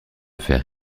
faire